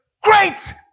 great